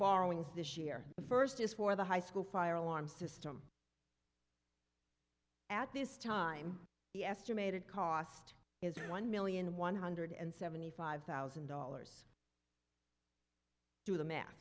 borrowings this year the first is for the high school fire alarm system at this time the estimated cost is one million one hundred and seventy five thousand dollars do the math